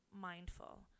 mindful